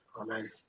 Amen